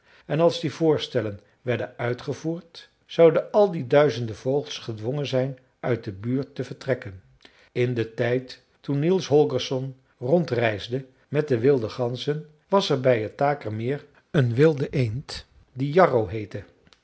en als die voorstellen werden uitgevoerd zouden al die duizenden vogels gedwongen zijn uit de buurt te vertrekken in den tijd toen niels holgersson rond reisde met de wilde ganzen was er bij het takermeer een wilde gans